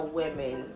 women